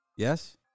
Yes